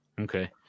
Okay